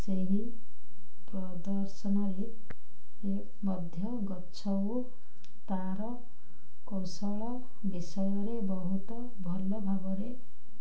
ସେହି ପ୍ରଦର୍ଶନରେ ମଧ୍ୟ ଗଛ ଓ ତା'ର କୌଶଳ ବିଷୟରେ ବହୁତ ଭଲ ଭାବରେ